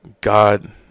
god